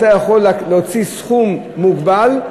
אתה יכול להוציא סכום מוגבל,